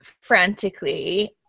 frantically